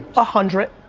a hundred,